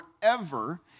forever